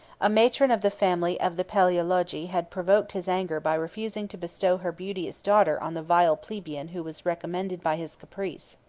a matron of the family of the palaeologi had provoked his anger by refusing to bestow her beauteous daughter on the vile plebeian who was recommended by his caprice.